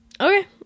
Okay